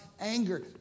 anger